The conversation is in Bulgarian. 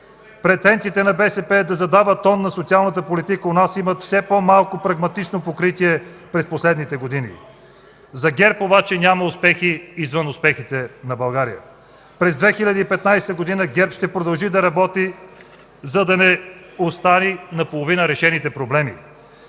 Претенциите на БСП да задава тон на социалната политика у нас имат все по-малко прагматично покритие през последните години. (Шум и реплики от БСП ЛБ.) За ГЕРБ обаче няма успехи извън успехите на България. През 2015 г. ГЕРБ ще продължи да работи, за да не остави наполовина решените проблеми,